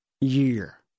year